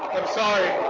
sorry,